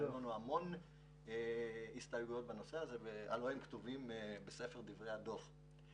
היו לנו המון הסתייגויות בנושא הזה והם כתובים בספר דברי הדוח.